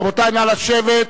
רבותי, נא לשבת.